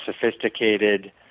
sophisticated